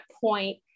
point